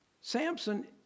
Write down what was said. samson